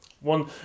One